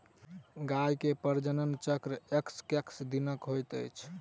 गाय मे प्रजनन चक्र एक्कैस दिनक होइत अछि